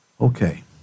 Okay